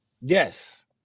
Yes